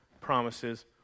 promises